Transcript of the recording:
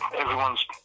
Everyone's